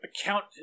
account